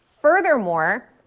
Furthermore